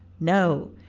no,